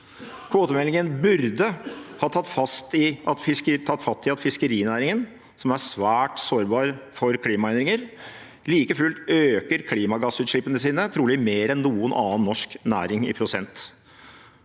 Kvotemeldingen burde ha tatt fatt i at fiskerinæringen, som er svært sårbar for klimaendringer, like fullt øker klimagassutslippene sine trolig mer enn noen annen norsk næring i prosent.